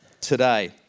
today